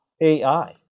AI